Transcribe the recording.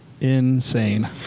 insane